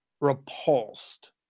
repulsed